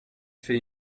fait